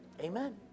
Amen